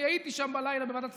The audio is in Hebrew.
אני הייתי שם בלילה בוועדת הכספים,